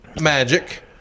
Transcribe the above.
magic